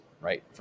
right